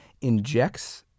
injects